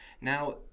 Now